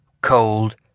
Cold